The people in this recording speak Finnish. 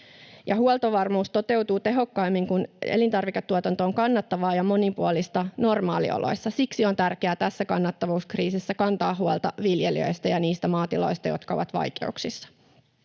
huoltovarmuus toteutuu tehokkaimmin, kun elintarviketuotanto on kannattavaa ja monipuolista normaalioloissa. Siksi on tärkeää tässä kannattavuuskriisissä kantaa huolta viljelijöistä ja niistä maatiloista, jotka ovat vaikeuksissa.